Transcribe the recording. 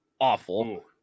Awful